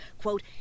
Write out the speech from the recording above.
Quote